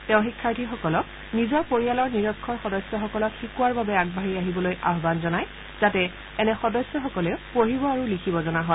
তেওঁ শিক্ষাৰ্থীসকলক নিজৰ পৰিয়ালৰ নিৰক্ষৰ সদস্যসকলক শিকোৱাৰ বাবে আগবাঢ়ি আহিবলৈ আহান জনায় যাতে এনে সদস্যসকলেও পঢ়িব আৰু লিখিব জনা হয়